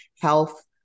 health